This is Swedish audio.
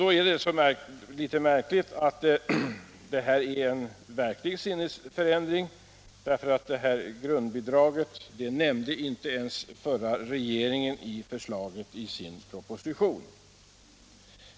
Det är att märka att här är det fråga om en verklig sinnesförändring, eftersom den förra regeringen inte ens nämnde grundbidraget i sin proposition.